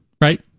right